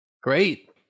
Great